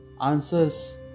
answers